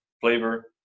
flavor